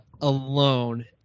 alone